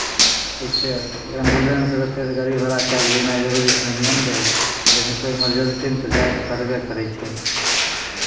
अइसे एम्बुलेंस रहतै तऽ गाड़ी भाड़ा कए कऽ जेनाइ तऽ जरूरी नहिए ने रहै लेकिन एतय इमर्जेन्सीमे जाय तऽ पड़बे करै छै